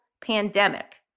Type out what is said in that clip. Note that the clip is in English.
pandemic